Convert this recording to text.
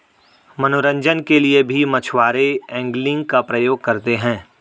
मनोरंजन के लिए भी मछुआरे एंगलिंग का प्रयोग करते हैं